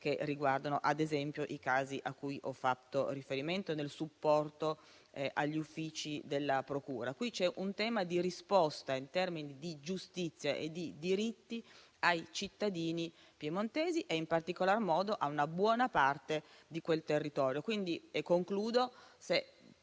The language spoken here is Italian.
che riguardano, ad esempio, i casi a cui ho fatto riferimento, nel supporto agli uffici della procura. C'è un tema di risposta in termini di giustizia e di diritti ai cittadini piemontesi e, in particolar modo, a una buona parte di quel territorio. La mia interrogazione